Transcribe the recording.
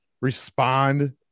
respond